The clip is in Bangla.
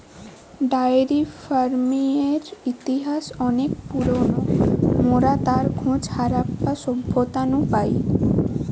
ডায়েরি ফার্মিংয়ের ইতিহাস অনেক পুরোনো, মোরা তার খোঁজ হারাপ্পা সভ্যতা নু পাই